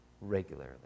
regularly